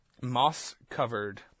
Moss-covered